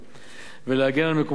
ולהגן על מקומות עבודה בישראל.